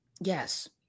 yes